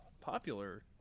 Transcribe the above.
popular